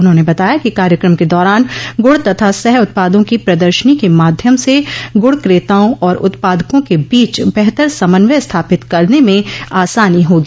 उन्होंने बताया कि कार्यक्रम के दौरान गुड़ तथा सह उत्पादों की प्रदर्शनी के माध्यम से गुड़ क्रेताओं और उत्पादकों के बीच बेहतर समन्वय स्थापित करने में आसानी होगी